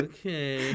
Okay